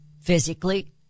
physically